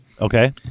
Okay